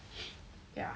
yeah